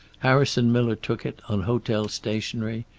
harrison miller took it, on hotel stationery,